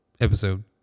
episode